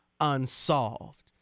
unsolved